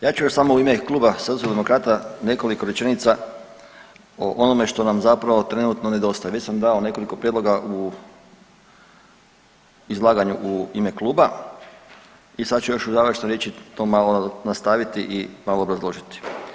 Ja ću još reći samo u ime kluba Socijaldemokrata nekoliko rečenica o onome što nam zapravo trenutno nedostaje, već sam dao nekoliko prijedloga u izlaganju u ime kluba i sada ću još u završnoj riječi to malo nastaviti i malo obrazložiti.